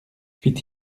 fit